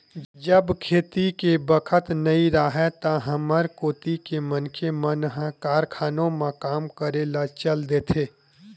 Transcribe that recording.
जब खेती के बखत नइ राहय त हमर कोती के मनखे मन ह कारखानों म काम करे ल चल देथे